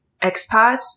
expats